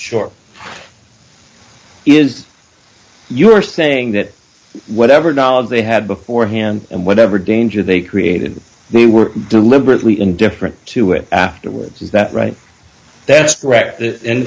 short is you are saying that whatever knowledge they had beforehand and whatever danger they created me were deliberately indifferent to it afterwards is that right